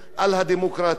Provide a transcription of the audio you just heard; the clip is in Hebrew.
וכמה אנחנו,